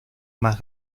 más